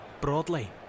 Broadly